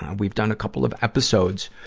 we've done a couple of episodes,